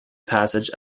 passage